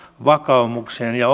vakaumukseen ja